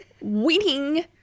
Winning